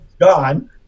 gone